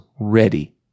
ready